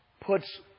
puts